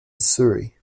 surrey